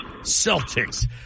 Celtics